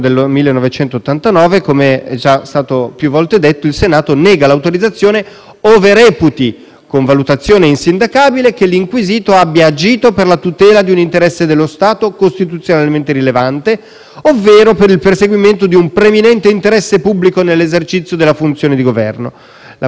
con valutazione insindacabile, che l'inquisito abbia agito per la tutela di un interesse dello Stato costituzionalmente rilevante ovvero per il perseguimento di un preminente interesse pubblico nell'esercizio della funzione di Governo». La valutazione del Senato che noi siamo chiamati a fare è pertanto vincolata all'accertamento di due requisiti